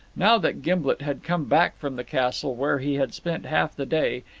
now that gimblet had come back from the castle, where he had spent half the day,